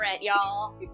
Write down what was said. y'all